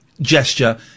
gesture